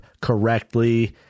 correctly